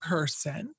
Person